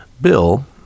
bill